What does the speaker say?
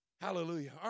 Hallelujah